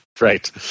Right